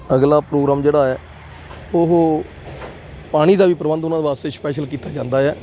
ਅਗਲਾ ਪ੍ਰੋਗਰਾਮ ਜਿਹੜਾ ਹੈ ਉਹ ਪਾਣੀ ਦਾ ਵੀ ਪ੍ਰਬੰਧ ਉਹਨਾਂ ਵਾਸਤੇ ਸਪੈਸ਼ਲ ਕੀਤਾ ਜਾਂਦਾ ਆ